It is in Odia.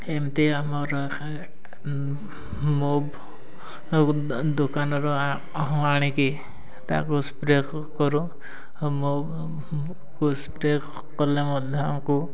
ଏମିତି ଆମର ମୁଭ୍ ଦୋକାନରୁ ଆଣିକି ତାକୁ ସ୍ପ୍ରେ କରୁ ମୁଭ୍ ସ୍ପ୍ରେ କଲେ ମଧ୍ୟ ଆମକୁ